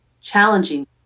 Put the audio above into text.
challenging